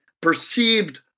perceived